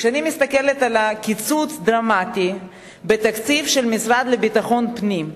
כשאני מסתכלת על הקיצוץ הדרמטי בתקציב של המשרד לביטחון פנים,